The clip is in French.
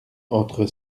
entre